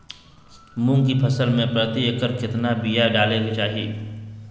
मूंग की फसल में प्रति एकड़ कितना बिया डाले के चाही?